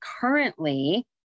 currently